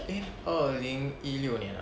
eh 二零一六年啊